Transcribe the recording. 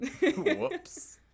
Whoops